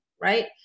right